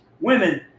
Women